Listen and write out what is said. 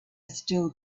still